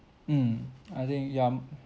mm I think you are